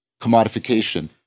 commodification